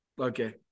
Okay